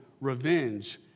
revenge